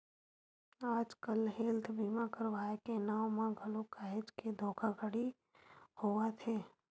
आजकल हेल्थ बीमा करवाय के नांव म घलो काहेच के धोखाघड़ी होवत हे